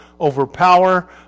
overpower